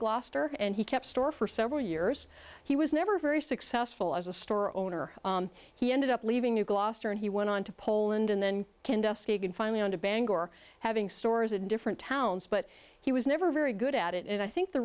gloucester and he kept store for several years he was never very successful as a store owner he ended up leaving new gloucester and he went on to poland and then candace kagan finally on to bangor having stores in different towns but he was never very good at it and i think the